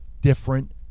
different